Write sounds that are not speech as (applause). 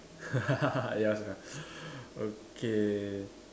(laughs) ya sia okay